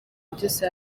byose